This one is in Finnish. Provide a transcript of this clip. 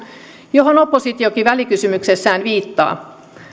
johon oppositiokin välikysymyksessään viittaa